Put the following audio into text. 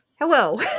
hello